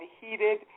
heated